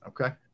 Okay